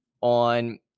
on